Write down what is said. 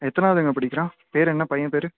எத்தனாவதுங்க படிக்கிறான் பேர் என்ன பையன் பேர்